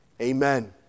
Amen